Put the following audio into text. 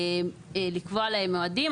לקבוע להם מועדים.